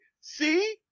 See